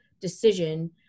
decision